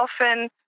often